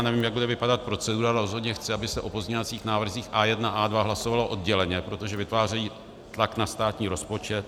Nevím, jak bude vypadat procedura, ale rozhodně chci, aby se o pozměňovacích návrzích A1 a A2 hlasovalo odděleně, protože vytvářejí tlak na státní rozpočet.